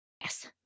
yes